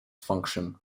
function